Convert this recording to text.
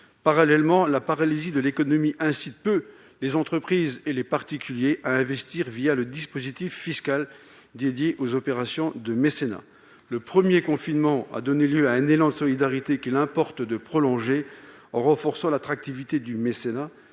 Parallèlement, la paralysie de l'économie incite peu les entreprises et les particuliers à investir le dispositif fiscal associé aux opérations de mécénat. Pourtant, le premier confinement a donné lieu à un élan de solidarité, qu'il importe de prolonger en renforçant l'attractivité du mécénat.